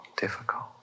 difficult